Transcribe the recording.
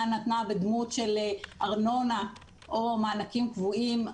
נתנה בדמות של ארנונה או מענקים קבועים.